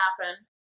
happen